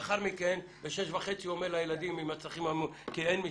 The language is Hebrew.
לאחר מכן בשש וחצי הוא אומר לילדים: חכו,